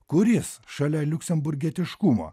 kuris šalia liuksemburgietiškumo